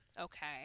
Okay